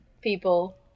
people